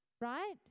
Right